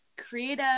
creative